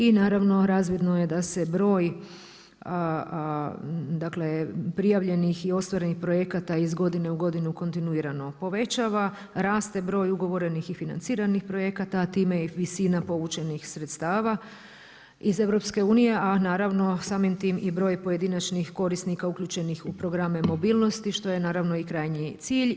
I naravno razvidno je da se broj dakle prijavljenih i ostvarenih projekata iz godine u godinu kontinuirano povećava, raste broj ugovorenih i financiranih projekata a time i visina povućenih sredstava iz EU a naravno samim time i broj pojedinačnih korisnika uključenih u programe mobilnosti što je naravno i krajnji cilj.